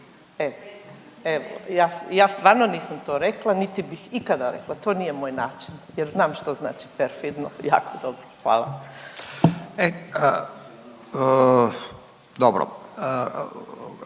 ja stvarno nisam to rekla niti bih ikada rekla, to nije moj način jer znam što znači perfidno, jako dobro. Hvala. **Radin,